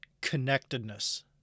connectedness